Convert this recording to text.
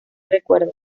recuerda